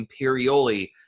Imperioli